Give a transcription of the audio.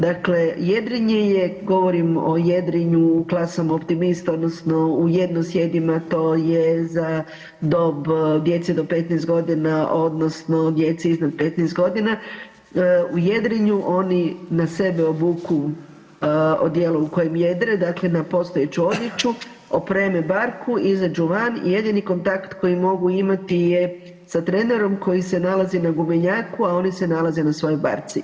Dakle, jedrenje je govorim o jedrenju klasom optimist odnosno u jednosjedima to je za dob djece do 15 godina odnosno djeci iznad 15 godina, u jedrenju oni na sebe obuku odijelo u kojem jedre, dakle na postojeću odjeću, opreme barku, izađu van i jedini kontakt koji mogu imati je sa trenerom koji se nalazi na gumenjaku, a oni se nalaze na svojoj barci.